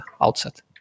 outset